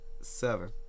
Seven